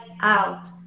out